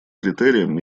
критериям